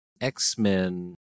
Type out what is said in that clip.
X-Men